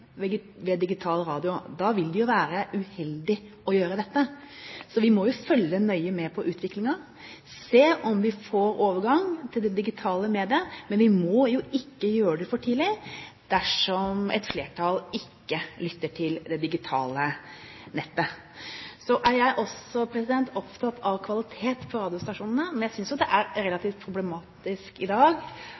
ved digital radio, vil det jo være uheldig å gjøre dette. Så vi må jo følge nøye med på utviklingen, se om vi får overgang til det digitale mediet, men vi må jo ikke gjøre det for tidlig dersom et flertall ikke lytter til det digitale nettet. Så er jeg også opptatt av kvalitet på radiostasjonene, men jeg synes jo det er relativt problematisk i dag